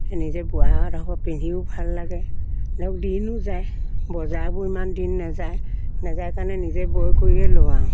নিজে বোৱাডোখৰ পিন্ধিও ভাল লাগে ধৰক দিনো যায় বজাৰবোৰ ইমান দিন নাযায় নাযায় কাৰণে নিজে বৈ কৰিয়েই লওঁ আৰু